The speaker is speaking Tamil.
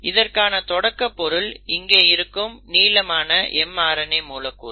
இதற்கான தொடக்க பொருள் இங்கே இருக்கும் நீளமான mRNA மூலக்கூறு